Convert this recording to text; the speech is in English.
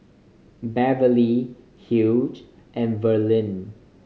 Beverlee Hugh and Verlyn